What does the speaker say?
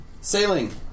sailing